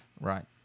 Right